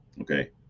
okay